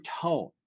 tone